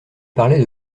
parlaient